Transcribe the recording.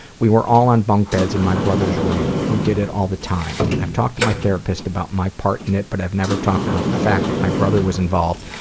we were all on bunk beds in my brother's room. we did it all the time. i've talked to my therapist about my part in it, but i've never talked about the fact that that my brother was involved,